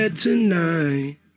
Tonight